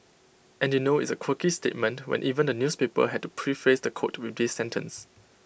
and you know it's A quirky statement when even the newspaper had to preface the quote with this sentence